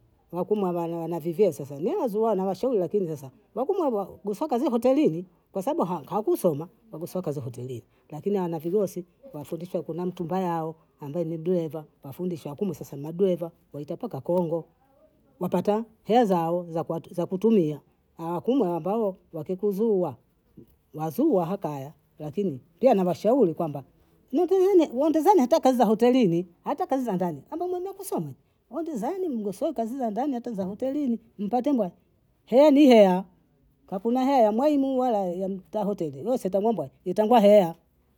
Wakumwebana wana viveo sasa, ni wazuo nawashauri lakini sasa wakumwobwa bushakazi hotelini kwa sabu hakusema obusakazi hotelini lakini ana vigosi lafendichwa ako na mkimba yao ambaye ni dureva wa fundishwa akumue sasa madureva waite mpaka kongo, napata hela zao za kutumia, awakumue ambao wakikuzua wasua hakaya lakini pia nawashauri kwamba mjiyone waendezane hata kazi za hotelini hata kazi za ndani ambamo hamna kusoma andzaini mngesoka kazi za ndani hata za hotelini mpatemba heenhea hakuna hawa wa mwaimu wala wa mtaa hoteli we si utamwomba utangwahea